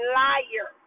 liar